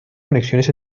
conexiones